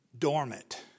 Dormant